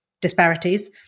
disparities